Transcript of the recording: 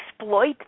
exploit